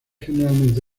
generalmente